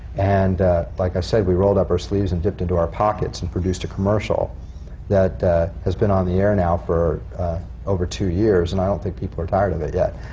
and like i said, we rolled up sleeves and dipped into our pockets and produced a commercial that has been on the air now for over two years, and i don't think people are tired of it yet.